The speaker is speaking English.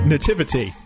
Nativity